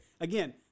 again